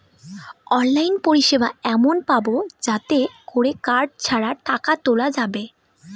online পরিষেবা এমন পাবো যাতে করে কার্ড ছাড়া টাকা তোলা যাবে